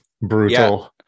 Brutal